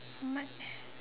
March